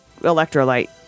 electrolyte